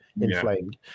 inflamed